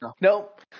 nope